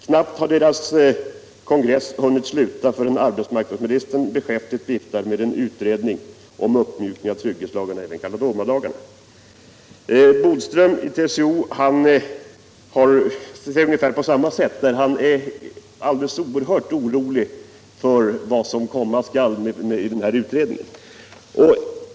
Knappt har deras kongress slutat förrän arbetsmarknadsministern beskäftigt viftar med en utredning om uppmjukning av trygghetslagarna —- även kallade Åmanlagarna.” Lennart Bodström i TCO har sagt på ungefär samma sätt. Han är orolig för vad som komma skall genom den här utredningen.